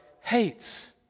hates